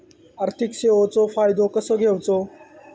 आर्थिक सेवाचो फायदो कसो घेवचो?